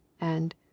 And—